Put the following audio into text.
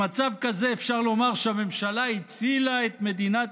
במצב כזה אפשר לומר שהממשלה הצילה את מדינת